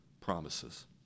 promises